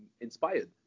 inspired